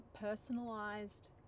personalized